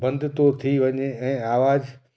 बंदि थो थी वञे ऐं आवाजु